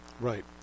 Right